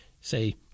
Say